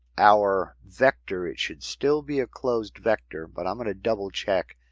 our vector. it should still be a closed vector but i'm going to double-check.